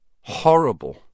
Horrible